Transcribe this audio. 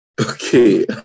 Okay